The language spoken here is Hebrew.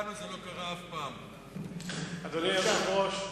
אדוני היושב-ראש,